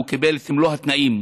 הוא קיבל את מלוא התנאים,